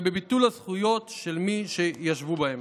ובביטול הזכויות של מי שישבו בהם.